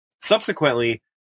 subsequently